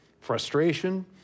frustration